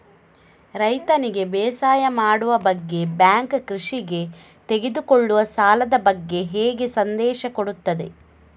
ರೈತನಿಗೆ ಬೇಸಾಯ ಮಾಡುವ ಬಗ್ಗೆ ಬ್ಯಾಂಕ್ ಕೃಷಿಗೆ ತೆಗೆದುಕೊಳ್ಳುವ ಸಾಲದ ಬಗ್ಗೆ ಹೇಗೆ ಸಂದೇಶ ಕೊಡುತ್ತದೆ?